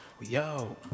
Yo